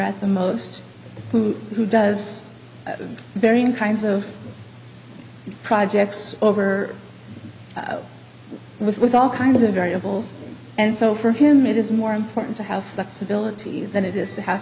at the most who does vary in kinds of projects over with with all kinds of variables and so for him it is more important to have that's ability than it is to have